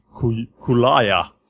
Kulaya